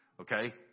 Okay